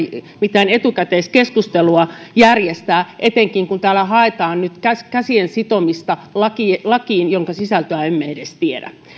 mitään etukäteiskeskustelua järjestää etenkin kun täällä haetaan nyt käsien sitomista lakiin lakiin jonka sisältöä emme edes tiedä